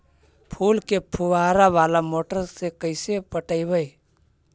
फूल के फुवारा बाला मोटर से कैसे पटइबै?